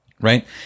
right